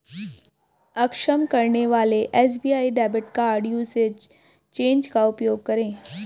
अक्षम करने वाले SBI debit card usage change का उपयोग करें